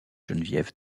geneviève